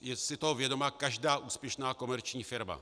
Je si toho vědoma každá úspěšná komerční firma.